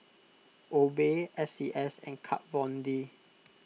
Obey S C S and Kat Von D